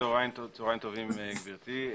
צוהריים טובים גברתי.